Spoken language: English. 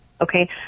Okay